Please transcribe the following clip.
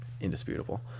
indisputable